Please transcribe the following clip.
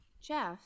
Jeff